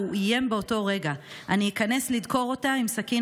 והוא איים באותו רגע: אני איכנס לדקור אותה עם סכין